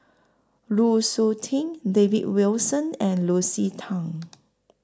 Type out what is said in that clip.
Lu Suitin David Wilson and Lucy Tan